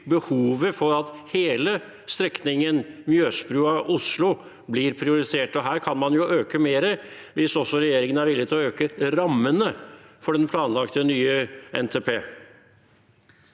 behovet for at hele strekningen Mjøsbrua–Oslo blir prioritert. Her kan man øke mer hvis også regjeringen er villig til å øke rammene for den planlagte nye NTP.